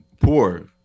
poor